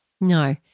No